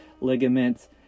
ligaments